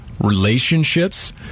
relationships